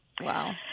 Wow